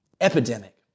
epidemic